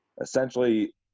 essentially